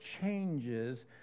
changes